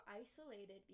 isolated